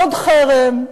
עוד חרם,